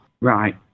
Right